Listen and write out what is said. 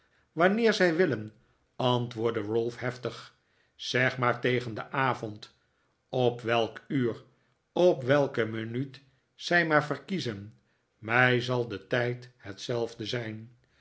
wanneer zij willen antwoordde ralph heftig zeg maar tegen den avond op welk uur op welke minuut zij maar verkiezen mij zal de tijd hetzelfde zijn